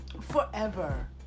Forever